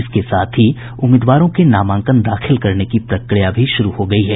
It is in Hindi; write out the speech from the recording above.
इसके साथ ही उम्मीदवारों के नामांकन दाखिल करने की प्रक्रिया भी शुरू हो गई है